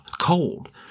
cold